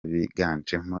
biganjemo